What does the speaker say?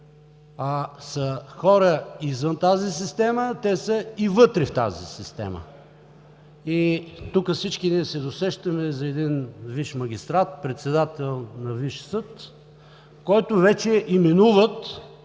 са хора извън тази система, те са и вътре в тази система. Всички ние тук се досещаме за един висш магистрат, председател на висш съд, който вече именуват